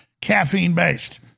caffeine-based